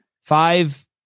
Five